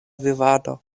vivado